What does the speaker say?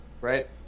right